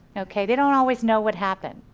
okay they don't always know what happened.